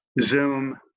Zoom